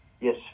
Yes